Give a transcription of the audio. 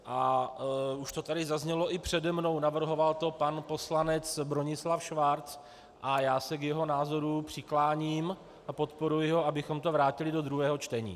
A už to tady zaznělo i přede mnou, navrhoval to pan poslanec Bronislav Schwarz a já se k jeho názoru přikláním a podporuji ho, abychom to vrátili do druhého čtení.